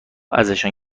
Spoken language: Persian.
ازشان